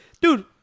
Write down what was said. dude